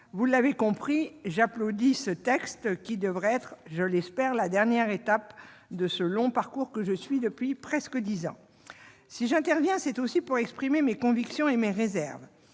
Vous l'avez compris, j'applaudis ce texte qui devrait constituer, je l'espère, la dernière étape de ce long parcours que je suis depuis presque dix ans. Si j'interviens, c'est aussi pour exprimer mes convictions et mes réserves.